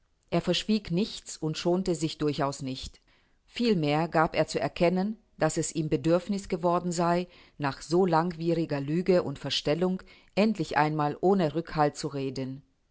er verschwieg nichts und schonte sich durchaus nicht vielmehr gab er zu erkennen daß es ihm bedürfniß geworden sei nach so langwieriger lüge und verstellung endlich einmal ohne rückhalt zu reden